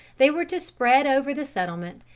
they were to spread over the settlement,